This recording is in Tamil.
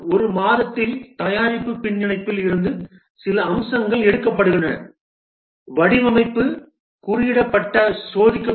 ஒரு மாதத்தில் தயாரிப்பு பின்னிணைப்பில் இருந்து சில அம்சங்கள் எடுக்கப்படுகின்றன வடிவமைப்பு குறியிடப்பட்ட சோதிக்கப்பட்ட